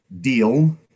Deal